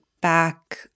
back